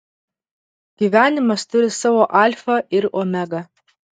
gyvenimas turi savo alfą ir omegą